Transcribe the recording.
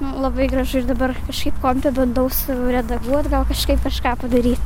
nu labai gražu ir dabar kažkaip kompe bandau su redaguot gal kažkaip kažką padaryt